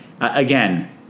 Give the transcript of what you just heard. again